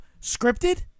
scripted